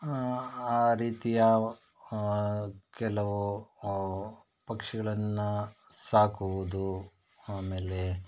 ಆ ರೀತಿ ಯಾವ ಕೆಲವು ಪಕ್ಷಿಗಳನ್ನ ಸಾಕುವುದು ಆಮೇಲೆ